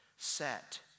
Set